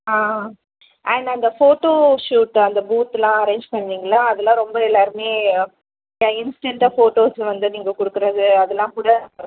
ஆ and அந்த photo shoot அந்த பூத்தெலாம் அரேஞ்ச் பண்ணிங்கள்லே அதெலாம் ரொம்ப எல்லாேருமே இன்ஸ்டென்டாக ஃபோட்டோஸ் வந்து நீங்கள் கொடுக்குறது அதெலாம் கூட